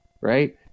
Right